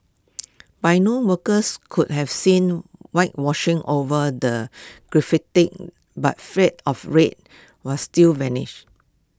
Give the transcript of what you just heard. by noon workers could have seen whitewashing over the graffiti but of red were still vanish